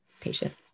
patient